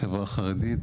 לחברה החרדית,